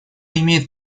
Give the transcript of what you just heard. имеет